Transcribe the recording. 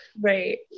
right